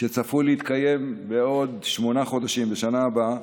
שצפוי להתקיים בעוד שמונה חודשים, בשנה הבאה,